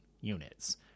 units